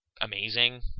amazing